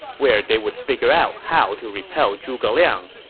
where they would figure out how to repel zhuge liang.